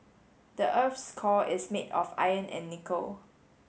the earth's core is made of iron and nickel